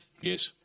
Yes